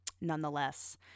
nonetheless